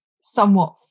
somewhat